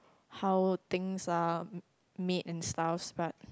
how things are made and stuffs but